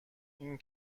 این